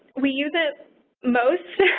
we use it most.